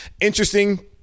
Interesting